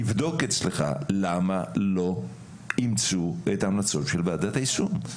תבדוק אצלך למה לא אימצו את ההמלצות של ועדת היישום?